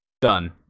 Done